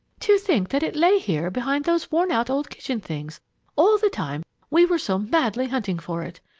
to think that it lay here behind those worn-out old kitchen things all the time we were so madly hunting for it!